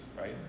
right